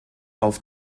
auf